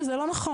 וזה לא נכון.